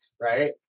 right